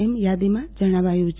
એમ યાદીમાં જણાવાયું છે